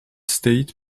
state